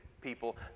people